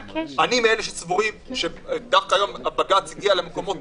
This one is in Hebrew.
אני מאלה שסבורים שדווקא היום הבג"ץ הגיע למקומות